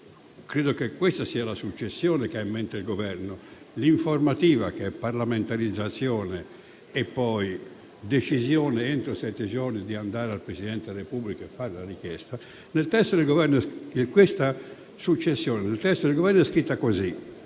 credo che la successione che ha in mente il Governo sia l'informativa, che è parlamentarizzazione, e poi decisione entro sette giorni di andare dal Presidente Repubblica e fare la richiesta. Nel testo del Governo questa